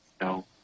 No